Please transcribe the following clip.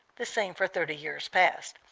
the same for thirty years past.